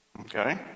Okay